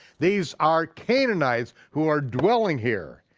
these are canaanites who are dwelling here.